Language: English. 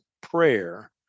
prayer